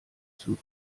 zum